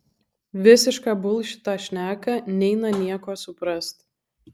visišką bulšitą šneka neina nieko suprast